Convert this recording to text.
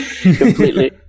completely